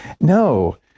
No